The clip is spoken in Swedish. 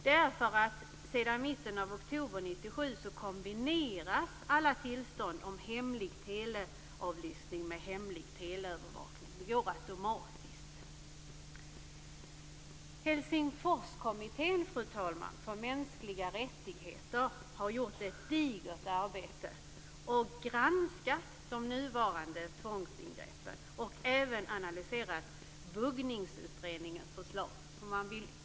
Det är för att alla tillstånd om hemlig teleavlyssning sedan mitten av 1997 kombineras med hemlig teleövervakning. Det går automatiskt. Fru talman! Helsingforskommittén för mänskliga rättigheter har gjort ett digert arbete och granskat de nuvarande tvångsingreppen. Den har även analyserat Buggningsutredningens förslag.